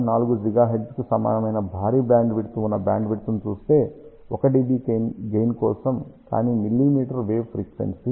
4 GHz కు సమానమైన భారీ బ్యాండ్విడ్త్ ఉన్న బ్యాండ్విడ్త్ను చూస్తే 1 dB గెయిన్ కోసం కానీ మిల్లీమీటర్ వేవ్ ఫ్రీక్వెన్సీ